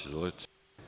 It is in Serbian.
Izvolite.